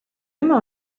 immer